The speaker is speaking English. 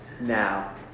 Now